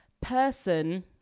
person